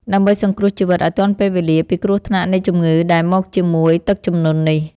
ដើម្បីសង្គ្រោះជីវិតឱ្យទាន់ពេលវេលាពីគ្រោះថ្នាក់នៃជំងឺដែលមកជាមួយទឹកជំនន់នេះ។